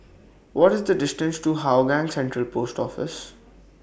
What IS The distance to Hougang Central Post Office